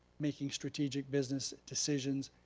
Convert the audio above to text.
making strategic business decisions,